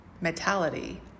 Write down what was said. mentality